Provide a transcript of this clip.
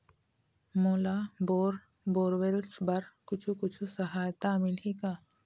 मोला bore borewells बर कुछू कछु सहायता मिलही का?